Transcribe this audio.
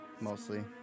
mostly